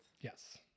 Yes